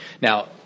Now